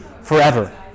forever